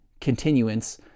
continuance